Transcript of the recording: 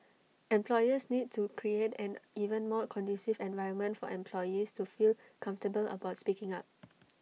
employers need to create an even more conducive environment for employees to feel comfortable about speaking up